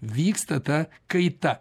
vyksta ta kaita